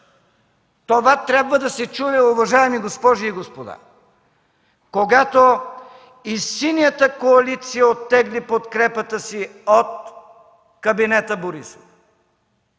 това трябва да се чуе, уважаеми госпожи и господа, когато и Синята коалиция оттегли подкрепата си от кабинета Борисов,